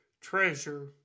treasure